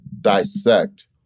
dissect